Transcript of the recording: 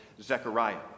zechariah